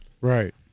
Right